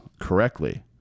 correctly